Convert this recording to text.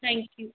thank you